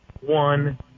One